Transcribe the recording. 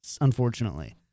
unfortunately